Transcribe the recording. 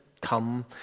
come